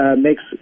makes